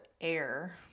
air